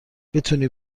بتونی